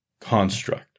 construct